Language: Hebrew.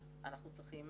אז אנחנו צריכים